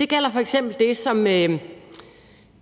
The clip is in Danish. Det gælder f.eks. det, som